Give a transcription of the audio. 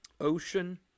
ocean